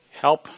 Help